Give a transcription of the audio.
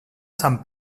sant